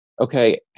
okay